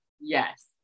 Yes